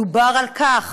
דובר על כך